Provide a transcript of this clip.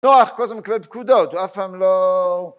נוח, כל הזמן מקבל פקודות, הוא אף פעם לא...